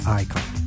icon